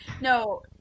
No